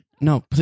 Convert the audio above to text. No